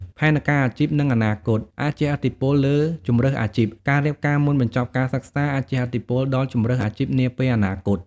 ផែនការអាជីព និងអនាគត អាចជះឥទ្ធិពលលើជម្រើសអាជីព: ការរៀបការមុនបញ្ចប់ការសិក្សាអាចជះឥទ្ធិពលដល់ជម្រើសអាជីពនាពេលអនាគត។